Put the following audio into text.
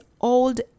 old